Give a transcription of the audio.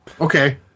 Okay